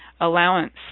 allowance